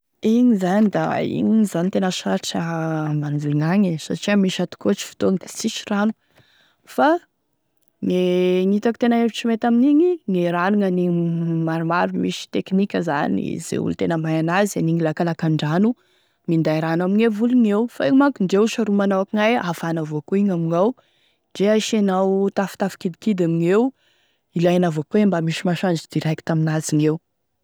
Igny zany da igny zany e tena sarotry ambanivolo gn'agny e satria misy atokotry fotoagny da sisy rano, fa gne e hitako tena hevitry mety amin'igny gne rano e hanigny maromaro, misy technique zany ze olo tena mahay an'azy anigny lakalakandrano minday rano amegne voly gneo fa igny manko ndre ho saromanao akognaia hafana avao koa igny amignao, ndre asianao tafotafo kidikidy amigneo, ilainy avao koa mba misy masoandro direct amin'azy gneo.